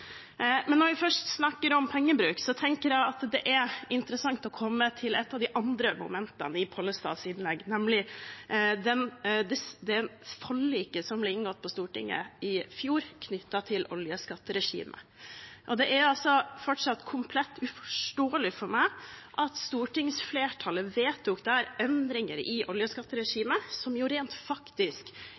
Når vi først snakker om pengebruk, tenker jeg at det er interessant å komme til et av de andre momentene i Pollestads innlegg, nemlig det forliket som ble inngått på Stortinget i fjor knyttet til oljeskatteregimet. Det er fortsatt komplett uforståelig for meg at stortingsflertallet der vedtok endringer i oljeskatteregimet som rent faktisk